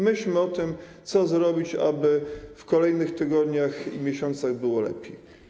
Myślmy o tym, co zrobić, aby w kolejnych tygodniach i miesiącach było lepiej.